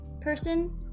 person